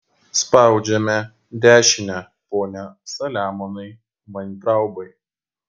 spaudžiame dešinę pone saliamonai vaintraubai